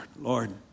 Lord